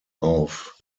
auf